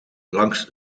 langs